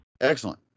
Excellent